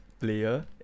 player